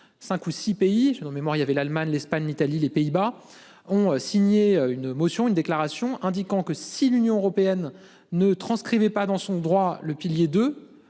5 ou 6 pays mémoire il y avait l'Allemagne, l'Espagne, l'Italie, les Pays-Bas ont signé une motion une déclaration indiquant que si l'Union européenne ne transcrivent est pas dans son droit. Le pilier de